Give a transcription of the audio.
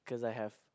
cause I have